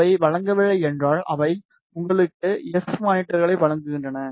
அவை வழங்கவில்லை என்றால் அவை உங்களுக்கு எஸ் பாராமீட்டர்களை வழங்குகின்றன